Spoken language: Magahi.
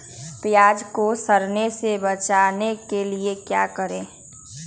प्याज को सड़ने से बचाने के लिए क्या करें?